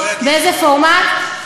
באיזה פורמט,